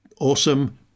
awesome